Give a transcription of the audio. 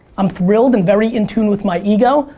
i'm thrilled and very in tune with my ego.